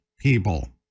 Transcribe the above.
people